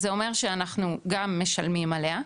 זה אומר שאנחנו גם משלמים עליה,